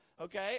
okay